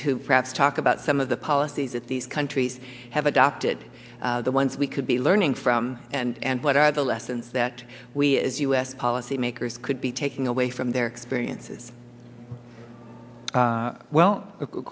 perhaps talk about some of the policies that these countries have adopted the ones we could be learning from and what are the lessons that we as u s policymakers could be taking away from their experiences well of